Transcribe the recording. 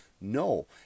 No